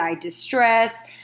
distress